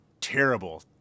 terrible